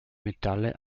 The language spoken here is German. metalle